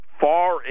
far